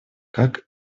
как